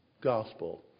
gospel